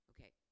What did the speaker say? Okay